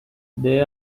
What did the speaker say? they